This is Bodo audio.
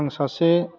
आं सासे